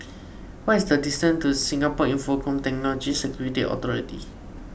what is the distance to Singapore Infocomm Technology Security Authority